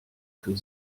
für